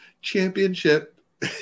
Championship